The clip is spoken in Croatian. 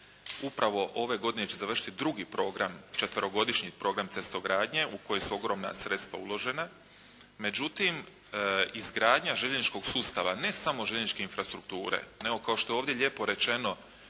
Upravo ove godine će završiti drugi program, četverogodišnji program cestogradnje u koji su ogromna sredstva uložena. Međutim, izgradnja željezničkog sustava, ne samo željezničke infrastrukture nego kao što je ovdje lijepo rečeno